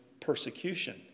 persecution